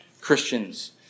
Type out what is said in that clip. Christians